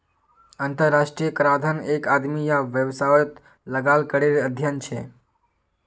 अंतर्राष्ट्रीय कराधन एक आदमी या वैवसायेत लगाल करेर अध्यन छे